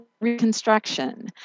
reconstruction